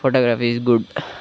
photography is good